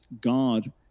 God